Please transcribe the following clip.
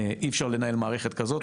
אי אפשר לנהל מערכת כזאת,